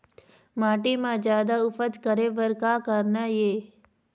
माटी म जादा उपज करे बर का करना ये?